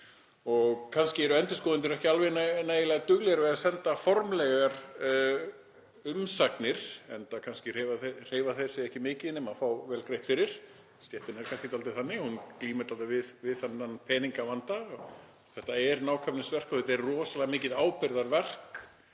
og kannski eru endurskoðendur ekki alveg nægilega duglegir við að senda formlegar umsagnir, enda kannski hreyfa þeir sig ekki mikið nema fá vel greitt fyrir, stéttin er kannski dálítið þannig. Hún glímir við þennan peningavanda. Þetta er nákvæmnisverk og þetta er rosalega mikið ábyrgðarverk